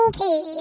Okay